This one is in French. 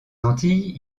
antilles